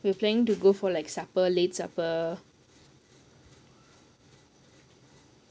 we were planning to go for like supper late supper